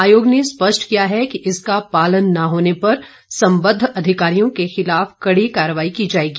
आयोग ने स्पष्ट किया है कि इसका पालन न होने पर संबद्व अधिकारियों के खिलाफ कड़ी कार्रवाई की जाएगी